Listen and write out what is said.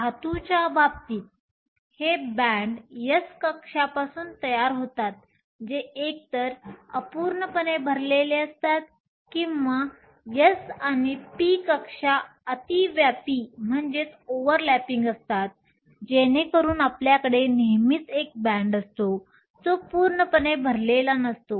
धातूंच्या बाबतीत हे बॅण्ड s कक्षापासून तयार होतात जे एकतर अपूर्णपणे भरलेले असतात किंवा s आणि p कक्षा अतिव्यापी असतात जेणेकरून आपल्याकडे नेहमीच एक बॅण्ड असतो जो पूर्णपणे भरलेला नसतो